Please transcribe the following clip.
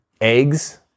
eggs